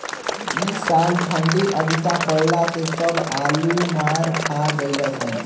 इ साल ठंडी अधिका पड़ला से सब आलू मार खा गइलअ सन